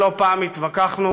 לא פעם התווכחנו,